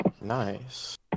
Nice